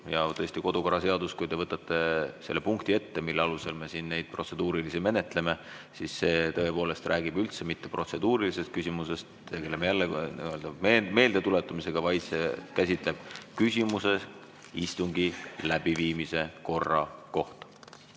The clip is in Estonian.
Tõesti, kodukorraseadus, kui te võtate selle punkti ette, mille alusel me siin protseduurilisi menetleme, siis te näete, et see tõepoolest räägib üldse mitte protseduurilisest küsimusest, tegeleme me jälle meeldetuletamisega, vaid see käsitleb küsimusi istungi läbiviimise korra kohta.